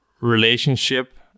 relationship